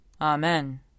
Amen